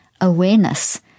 awareness